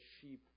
sheep